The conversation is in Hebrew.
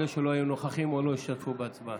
אלה שלא היו נוכחים או לא השתתפו בהצבעה.